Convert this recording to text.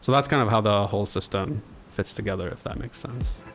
so that's kind of how the whole system fits together, if that makes sense.